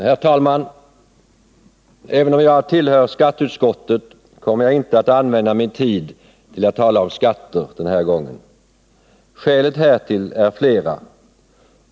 Herr talman! Även om jag tillhör skatteutskottet, kommer jag den här gången inte att använda min tid till att tala om skatter. Skälen härtill är flera.